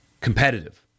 competitive